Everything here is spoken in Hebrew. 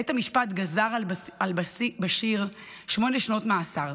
בית המשפט גזר על באשיר שמונה שנות מאסר.